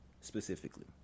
specifically